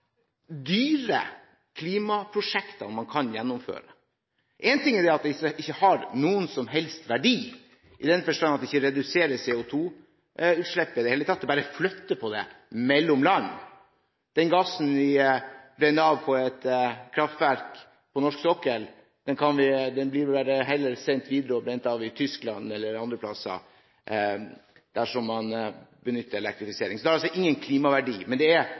man kan gjennomføre. En ting er at de ikke har noen som helst verdi, i den forstand at de ikke i det hele tatt reduserer CO2-utslipp, de bare flytter på dem mellom land. Den gassen vi brenner av på et kraftverk på norsk sokkel, blir heller sendt videre og brent av i Tyskland eller andre plasser dersom man benytter elektrifisering. Det har altså ingen klimaverdi,